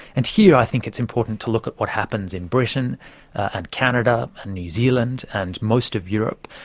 and here i think it's important to look at what happens in britain and canada and new zealand and most of europe,